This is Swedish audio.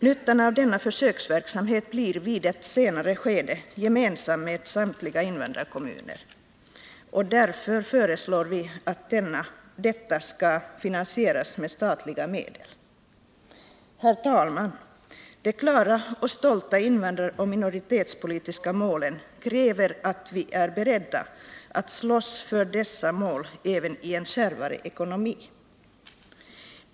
Nyttan av denna försöksverksamhet blir vid ett senare skede gemensam för samtliga invandrarkommuner, och därför föreslår vi att denna skall finansieras med statliga medel. Herr talman! De klara och stolta invandraroch minoritetspolitiska målen kräver att vi är beredda att slåss för dessa mål även i en kärvare ekonomi.